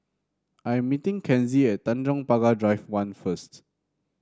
I am meeting Kenzie at Tanjong Pagar Drive One first